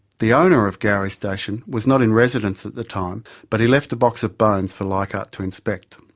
the owner of gowrie station was not in residence at the time but he left a box of bones for leichhardt to inspect.